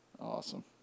Awesome